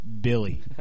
Billy